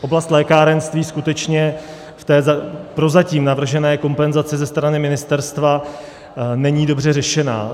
Oblast lékárenství skutečně v té prozatím navržené kompenzaci ze strany ministerstva není dobře řešena.